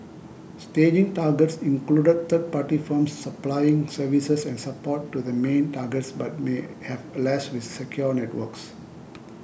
staging targets included third party firms supplying services and support to the main targets but may have less secure networks